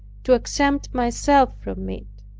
to exempt myself from it.